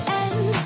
end